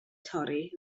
torri